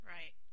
Right